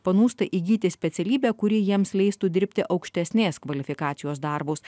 panūsta įgyti specialybę kuri jiems leistų dirbti aukštesnės kvalifikacijos darbus